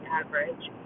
average